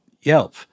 Yelp